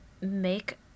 make –